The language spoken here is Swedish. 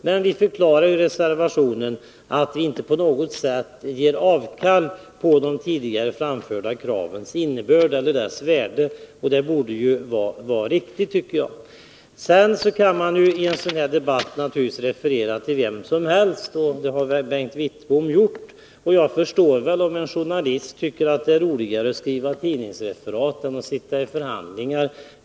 Men vi förklarar i reservationen att vi inte på något sätt ger avkall på de direkt framförda kravens innebörd. I en sådan här debatt kan man naturligtvis referera till vem som helst, och det har Bengt Wittbom gjort. Jag förstår om en journalist tycker att det är roligare att skriva tidningsreferat än att sitta i förhandlingar.